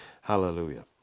Hallelujah